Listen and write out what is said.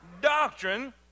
doctrine